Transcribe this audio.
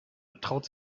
traut